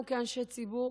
אנחנו כאנשי ציבור